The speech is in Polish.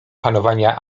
panowania